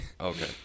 Okay